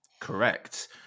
Correct